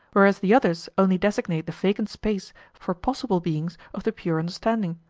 whereas the others only designate the vacant space for possible beings of the pure understanding,